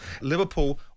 Liverpool